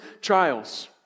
trials